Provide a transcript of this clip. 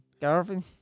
Garvin